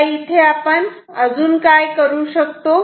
आता इथे आपण काय करू शकतो